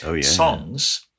songs